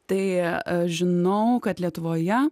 tai aš žinau kad lietuvoje